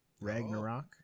Ragnarok